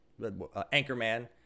Anchorman